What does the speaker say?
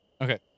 Okay